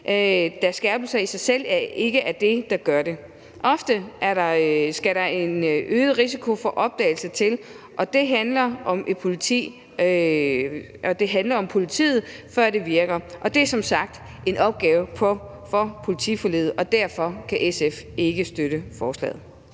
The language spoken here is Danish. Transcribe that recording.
da skærpelser i sig selv ikke er det, der gør det. Ofte skal der en øget risiko for opdagelse til, før det virker. Det handler om politiet, og det er som sagt en opgave i forbindelse med politiforliget. Derfor kan SF ikke støtte forslaget.